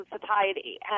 satiety